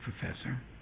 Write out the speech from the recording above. professor